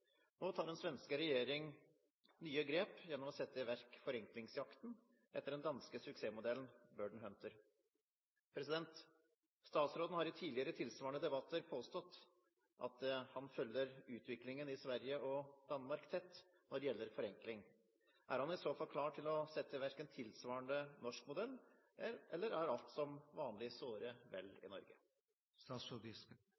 Nå tar den svenske regjering nye grep gjennom å sette i verk «Förenklingsjakten», etter den danske suksessmodellen «Burden Hunter». Statsråden har tidligere i tilsvarende debatter påstått at han følger utviklingen i Sverige og Danmark tett når det gjelder forenkling. Er han i så fall klar til å sette i verk en tilsvarende norsk modell, eller er alt som vanlig såre vel